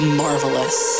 marvelous